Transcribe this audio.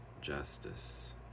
justice